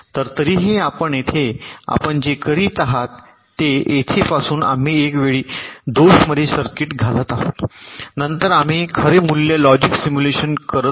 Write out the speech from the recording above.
तर तरीही आपण येथे आपण जे करीत आहात ते येथे पासून आम्ही एका वेळी दोष मध्ये सर्किट घालत आहोत नंतर आम्ही खरे मूल्य लॉजिक सिम्युलेशन करत होतो